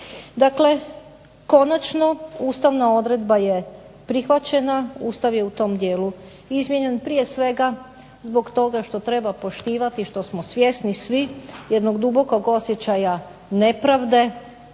Dakle, konačno ustavna odredba je prihvaćena, Ustav je u tom dijelu izmijenjen prije svega zbog toga što treba poštivati što smo svjesni svi jednog dubokog osjećaja nepravde